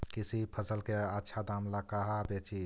किसी भी फसल के आछा दाम ला कहा बेची?